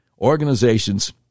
organizations